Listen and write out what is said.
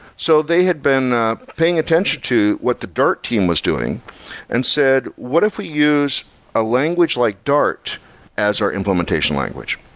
so they had been ah paying attention to what the dart team was doing and said, what if we use a language like dart as our implementation language?